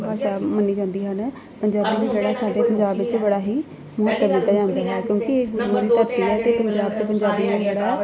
ਭਾਸ਼ਾ ਮੰਨੀ ਜਾਂਦੀ ਹਨ ਪੰਜਾਬੀ ਨੂੰ ਜਿਹੜਾ ਸਾਡੇ ਪੰਜਾਬ ਵਿੱਚ ਬੜਾ ਹੀ ਮਹੱਤਵ ਦਿੱਤਾ ਜਾਂਦਾ ਹੈ ਕਿਉਂਕਿ ਇਹ ਗੁਰੂਆਂ ਦੀ ਧਰਤੀ ਹੈ ਅਤੇ ਪੰਜਾਬ ਵਿੱਚ ਪੰਜਾਬੀ ਨੂੰ ਜਿਹੜਾ